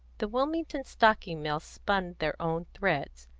the wilmington stocking-mills spun their own threads,